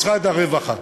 משרד הרווחה.